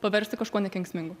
paversti kažkuo nekenksmingu